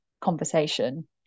conversation